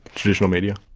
traditional media.